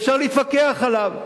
ואפשר להתווכח עליו.